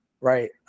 right